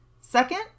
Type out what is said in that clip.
Second